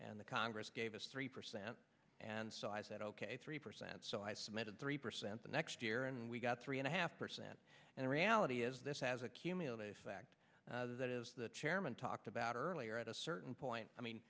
and the congress gave us three percent and so i said ok three percent so i submitted three percent the next year and we got three and a half percent and the reality is this has accumulated fact that is the chairman talked about earlier at a certain point i mean